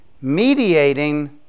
mediating